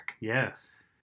Yes